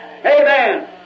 Amen